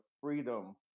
freedom